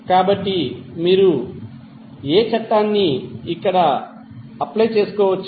కాబట్టి మీరు ఏ చట్టాన్నిఇక్కడ అప్లై చేసుకోవచ్చు